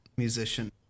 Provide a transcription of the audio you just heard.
musician